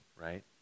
right